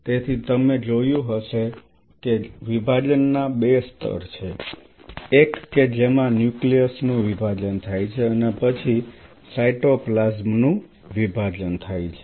તેથી તમે જોયું જ હશે કે વિભાજન ના બે સ્તર છે એક કે જેમાં ન્યુક્લિઅસ નું વિભાજન થાય છે અને પછી સાયટોપ્લાઝમ નું વિભાજન થાય છે